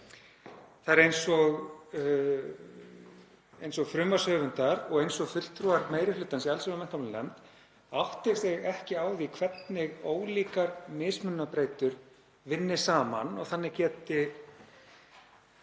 Það er eins og frumvarpshöfundar og eins og fulltrúar meiri hlutans í allsherjar- og menntamálanefnd átti sig ekki á því hvernig ólíkar mismunabreytur vinni saman og þannig geti